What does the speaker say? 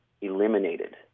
eliminated